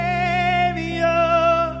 Savior